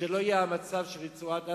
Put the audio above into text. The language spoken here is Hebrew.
שלא יהיה המצב של רצועת-עזה,